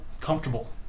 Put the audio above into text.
comfortable